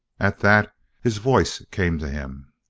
at that his voice came to him.